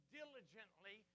diligently